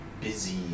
busy